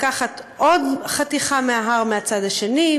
לקחת עוד חתיכה מההר מהצד השני,